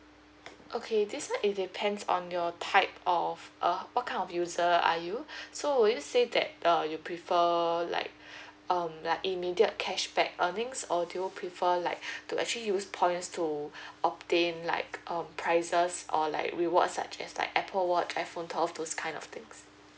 okay this [one] it's depends on your type of uh what kind of user are you so would you say that err you prefer like um like immediate cashback earnings or do you prefer like to actually use points to obtain like um prizes or like rewards such as like Apple watch iphone twelve those kind of things